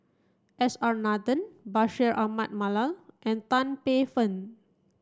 S R Nathan Bashir Ahmad Mallal and Tan Paey Fern